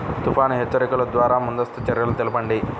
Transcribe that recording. తుఫాను హెచ్చరికల ద్వార ముందస్తు చర్యలు తెలపండి?